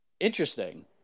Interesting